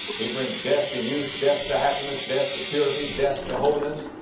he brings death to youth, death to happiness, death to purity, death to holiness,